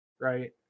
right